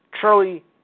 Charlie